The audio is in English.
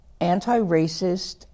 anti-racist